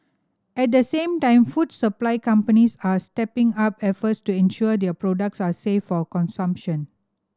at the same time food supply companies are stepping up efforts to ensure their products are safe for consumption